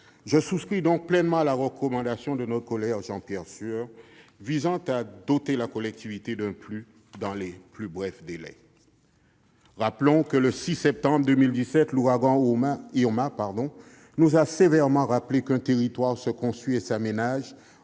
Je souscris donc pleinement à la recommandation de notre collègue Jean-Pierre Sueur visant à doter la collectivité d'un PLU dans les plus brefs délais. Le 6 septembre 2017, l'ouragan Irma nous a sévèrement rappelé qu'un territoire se construit et s'aménage